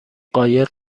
قایق